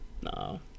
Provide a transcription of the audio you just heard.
No